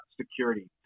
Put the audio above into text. security